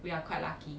we are quite lucky